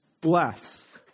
bless